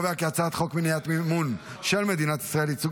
הצעת חוק מניעת מימון של מדינת ישראל לייצוג